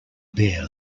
bear